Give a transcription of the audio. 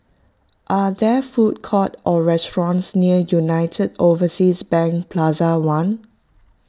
are there food court or restaurants near United Overseas Bank Plaza one